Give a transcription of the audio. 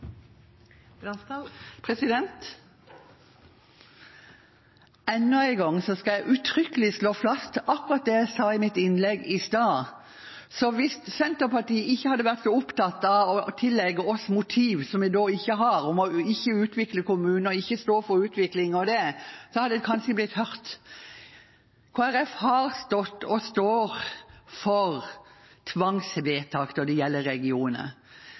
en gang skal jeg uttrykkelig slå fast akkurat det jeg sa i mitt innlegg i stad. Hvis Senterpartiet ikke hadde vært så opptatt av å tillegge oss motiv som vi ikke har, at vi ikke står for utvikling av kommunene, så hadde jeg kanskje blitt hørt. Kristelig Folkeparti har stått – og står – for tvangsvedtak når det gjelder